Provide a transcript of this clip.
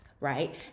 Right